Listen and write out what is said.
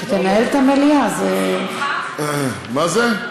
כשתנהל את המליאה, מה זה?